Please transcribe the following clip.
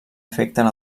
afecten